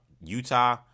Utah